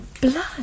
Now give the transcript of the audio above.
blood